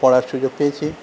পড়ার সুযোগ পেয়েছি